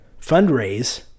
fundraise